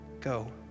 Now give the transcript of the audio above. Go